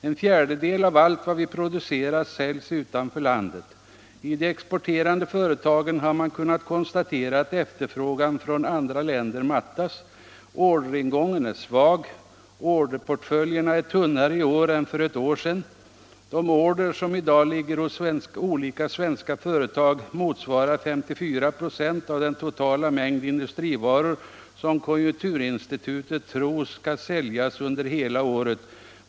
En fjärdedel av allt vi producerar säljs utanför landet. I de exporterande företagen har man kunnat konstatera att efterfrågan från andra länder mattats. Orderingången är svag. Orderportföljerna är tunnare i år än för ett år sedan. De order som i dag ligger hos olika svenska företag motsvarar 54 96 av den totala mängd industrivaror som konjunkturinstitutet tror skall säljas under hela året.